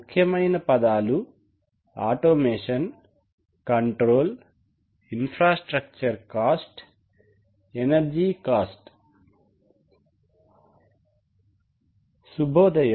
ముఖ్యమైన పదాలు automation control infrastructure cost energy cost శుభోదయం